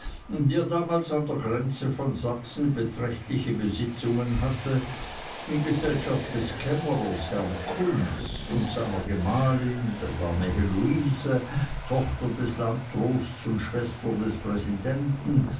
der damals an der grenze von sachsen beträchtliche besitzungen hatte in gesellschaft des kämmerers herrn kunz und seiner gemahlin der dame heloise tochter des landdrosts und schwester des präsidenten